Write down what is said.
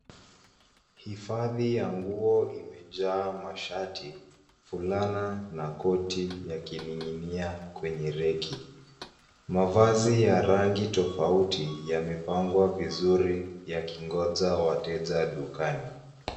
Hifadhi ya nguo imejaa mashati, fulana na koti yakining'inia kwenye reki. Mavazi ya rangi tofauti yamepangwa vizuri yakingoja wateja dukani.